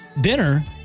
dinner